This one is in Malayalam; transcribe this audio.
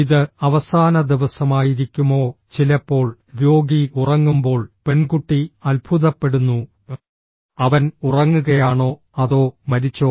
ഇത് അവസാന ദിവസമായിരിക്കുമോ ചിലപ്പോൾ രോഗി ഉറങ്ങുമ്പോൾ പെൺകുട്ടി അത്ഭുതപ്പെടുന്നു അവൻ ഉറങ്ങുകയാണോ അതോ മരിച്ചോ